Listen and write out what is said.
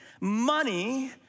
money